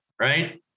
right